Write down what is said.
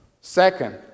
Second